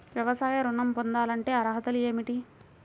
వ్యవసాయ ఋణం పొందాలంటే అర్హతలు ఏమిటి?